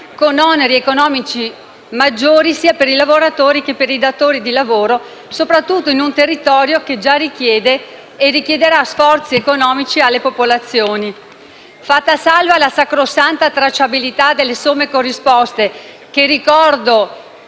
con oneri economici maggiori sia per i lavoratori, che per i datori di lavoro in un territorio che già richiede e richiederà sforzi economici alle popolazioni. Fatta salva la sacrosanta tracciabilità delle somme corrisposte (che, ricordo,